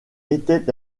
était